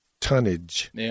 tonnage